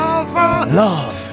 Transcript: Love